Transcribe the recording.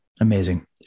Amazing